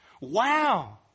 Wow